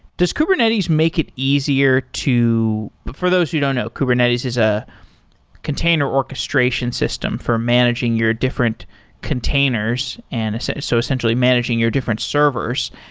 does kubernetes make it easier to for those who don't know, kubernetes is a container orchestration system for managing your different containers. and so so essentially, managing your different servers.